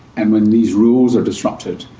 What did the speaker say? and when these rules are disrupted,